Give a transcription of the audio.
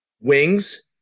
wings